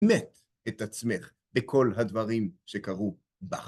מת את עצמך בכל הדברים שקרו בך.